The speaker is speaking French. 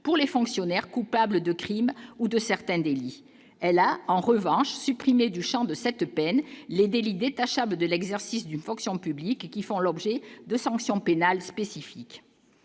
pour les fonctionnaires coupables de crimes ou de certains délits, elle a en revanche supprimé du Champ de cette peine, les délits détachables de l'exercice d'une fonction publique qui font l'objet de sanctions pénales spécifique